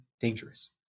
dangerous